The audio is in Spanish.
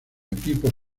equipo